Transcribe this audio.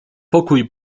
pokój